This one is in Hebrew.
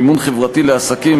מימון חברתי לעסקים),